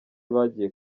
bagiye